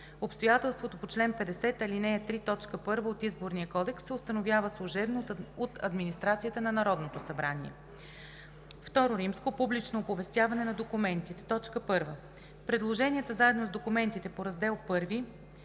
Обстоятелството по чл. 50, ал. 3, т. 1 от Изборния кодекс се установява служебно от администрацията на Народното събрание. II. Публично оповестяване на документите. 1. Предложенията заедно с документите по Раздел I